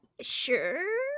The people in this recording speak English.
sure